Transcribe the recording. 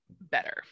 better